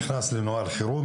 נכנס לנוהל חירום,